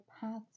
paths